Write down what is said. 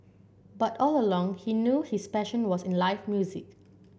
but all along he knew his passion was in life music